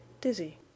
dizzy